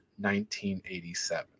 1987